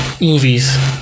Movies